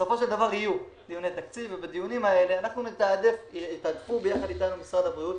אנחנו נתעדף ויחד איתנו משרד הבריאות,